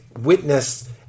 witness